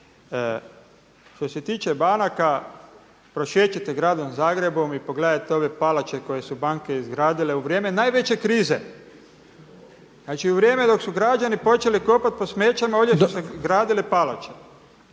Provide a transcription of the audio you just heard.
što se tiče banaka prošećite gradom Zagrebom i pogledajte ove palače koje su banke izgradile u vrijeme najveće krize, znači u vrijeme dok su građani počeli kopati po smeću ovdje su se gradile palače.